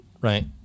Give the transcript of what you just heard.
right